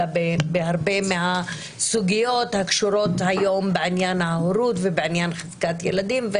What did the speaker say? אלא בהרבה מהסוגיות הקשורות היום בעניין ההורות ובעניין חזקת ילדים,